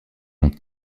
ont